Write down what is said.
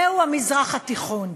זהו המזרח התיכון.